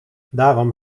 daarom